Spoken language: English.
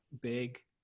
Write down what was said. big